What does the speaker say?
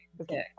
okay